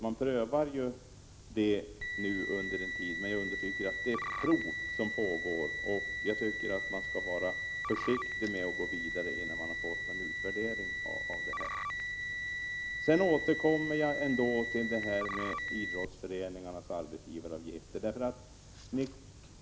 Men jag understryker att det är ett prov som pågår, och jag tycker att man skall vara försiktig med att gå vidare innan det har skett en utvärdering av provet. 70 Sedan återkommer jag ändå till idrottsföreningarnas arbetsgivaravgifter.